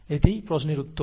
এটিই প্রশ্নের উত্তর